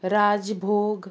राजभोग